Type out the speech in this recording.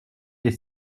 des